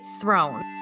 thrown